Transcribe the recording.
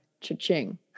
cha-ching